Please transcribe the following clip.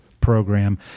program